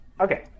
okay